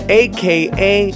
aka